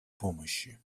помощи